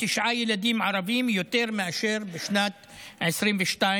תשעה ילדים ערבים יותר מאשר בשנת 2022,